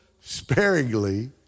sparingly